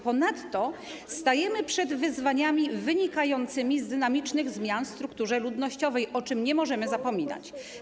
Ponadto stajemy przed wyzwaniami wynikającymi z dynamicznych zmian w strukturze ludnościowej, o czym nie możemy zapominać.